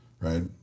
right